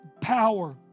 power